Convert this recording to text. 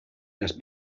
las